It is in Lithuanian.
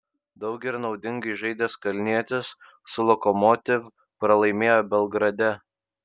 daug ir naudingai žaidęs kalnietis su lokomotiv pralaimėjo belgrade